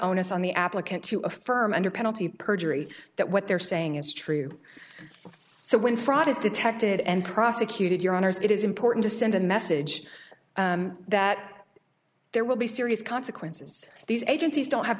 onus on the applicant to affirm under penalty of perjury that what they're saying is true so when fraud is detected and prosecuted your honour's it is important to send a message that there will be serious consequences these agencies don't have